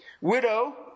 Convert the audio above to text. widow